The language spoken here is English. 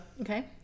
Okay